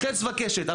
חץ וקשת.